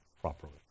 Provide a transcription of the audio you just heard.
properly